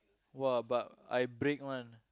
!wah! but I break one